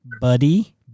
buddy